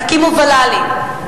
תקימו ול"לים,